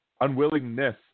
unwillingness